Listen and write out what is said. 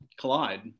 collide